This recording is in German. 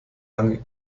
lange